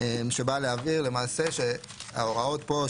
שבאה להעביר שההוראות פה,